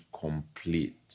complete